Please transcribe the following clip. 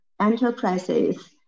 enterprises